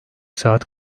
saat